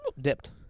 dipped